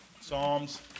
Psalms